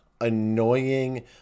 annoying